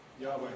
Yahweh